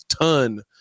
ton